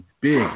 big